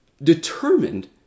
determined